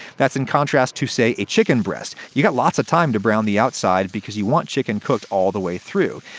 that's in contrast to, say, a chicken breast. you've got lots of time to brown the outside, because you want chicken cooked all the way through.